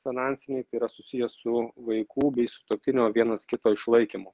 finansiniai tai yra susiję su vaikų bei sutuoktinio vienas kito išlaikymu